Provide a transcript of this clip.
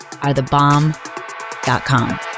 arethebomb.com